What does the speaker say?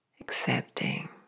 accepting